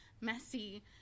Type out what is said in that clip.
messy